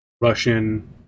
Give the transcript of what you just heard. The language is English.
russian